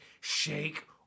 shake